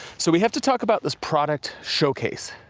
so, we have to talk about this product showcase.